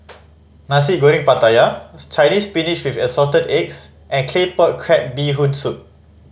Nasi Goreng Pattaya Chinese Spinach with Assorted Eggs and Claypot Crab Bee Hoon Soup